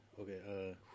Okay